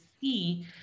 see